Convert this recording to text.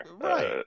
right